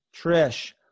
Trish